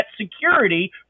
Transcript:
security